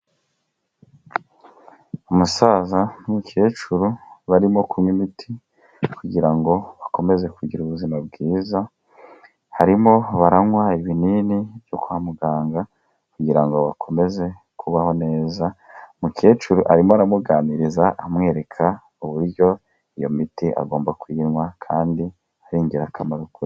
Umusaza n'umukecuru barimo kunywa imiti kugira ngo bakomeze kugira ubuzima bwiza, harimo baranywa ibinini byo kwa muganga kugirango ngo bakomeze kubaho neza, umukecuru arimo aramuganiriza amwereka uburyo iyo miti agomba kuyinywa kandi ari ingirakamaro kuri.